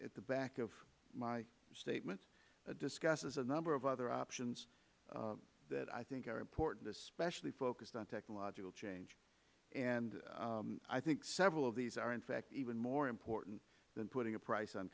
at the back of my statement discusses a number of other options that i think are important especially focused on technological change and i think several of these are in fact even more important than putting a price on